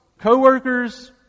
Co-workers